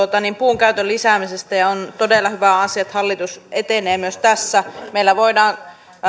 puun käytön lisäämisestä ja on todella hyvä asia että hallitus etenee myös tässä meillä voidaan